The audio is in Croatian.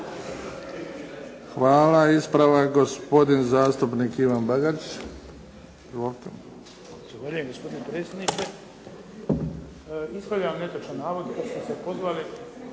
Hvala. Ispravak, gospodin zastupnik Ivan Bagarić.